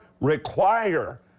require